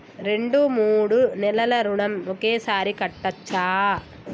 రెండు మూడు నెలల ఋణం ఒకేసారి కట్టచ్చా?